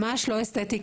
ממש לא אסתטיקה,